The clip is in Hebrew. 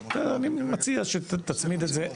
בסדר, אני מציע שתצמיד את זה.